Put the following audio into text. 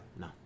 No